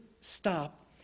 stop